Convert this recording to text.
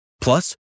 Plus